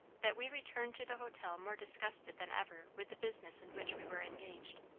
that we returned to the hotel more disgusted than ever with the business in which we were engaged.